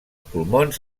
pulmons